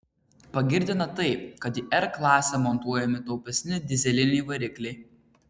pagirtina tai kad į r klasę montuojami taupesni dyzeliniai varikliai